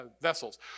vessels